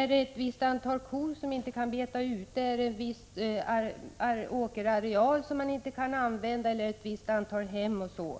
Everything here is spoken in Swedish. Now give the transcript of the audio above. Är det ett visst antal kor som inte kan beta ute, eller är det en viss åkerareal som man inte kan använda eller ett visst antal hem, osv.?